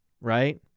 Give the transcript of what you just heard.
right